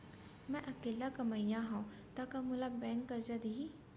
मैं अकेल्ला कमईया हव त का मोल बैंक करजा दिही?